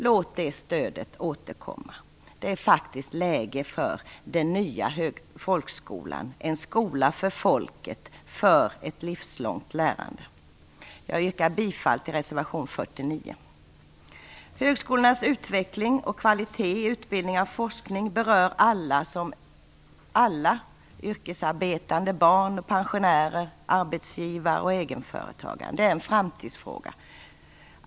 Låt det stödet återkomma. Det är läge för den nya folkskolan, en skola för folket och för ett livslångt lärande. Jag yrkar bifall till reservation 49. Högskolornas utveckling och kvalitet i utbildningar och forskning berör alla yrkesarbetande, barn, pensionärer, arbetsgivare och egenföretagare. Det är en framtidsfråga.